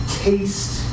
taste